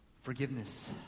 forgiveness